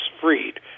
Freed